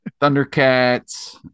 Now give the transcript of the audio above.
Thundercats